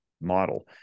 model